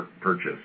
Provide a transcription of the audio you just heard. purchase